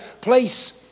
place